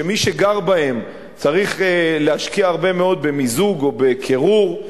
שמי שגר בהם צריך להשקיע הרבה מאוד במיזוג או בקירור,